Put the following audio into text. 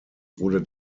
wurde